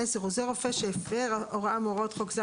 "(10) עוזר רופא שהפר הוראה מהוראות חוק זה,